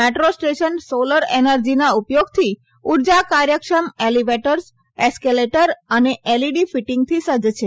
metro station solar એનર્જીના ઉપયોગથી ઉર્જા કાર્યક્ષમ એલીવેટર્સ એસ્કલેટર અને એલઈડી ફીટીંગથી સજજ છે